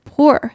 Poor